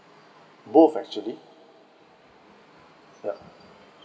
both actually yeah